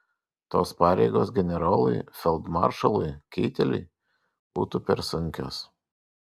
tos pareigos generolui feldmaršalui keiteliui būtų per sunkios